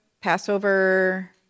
Passover